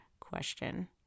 question